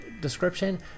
description